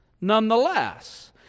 nonetheless